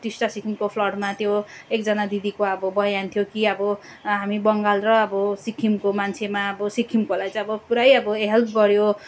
टिस्टा सिक्किमको फ्लडमा त्यो एकजना दिदीको अब बयान थियो कि अब हामी बङ्गाल र अब सिक्किमको मान्छेमा सिक्किमकोहरूलाई चाहिँ अब पुरै अब हेल्प गऱ्यो